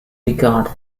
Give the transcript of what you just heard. regard